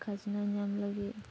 ᱠᱷᱟᱡᱽᱱᱟ ᱧᱟᱢ ᱞᱟᱹᱜᱤᱫ